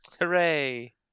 Hooray